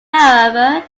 however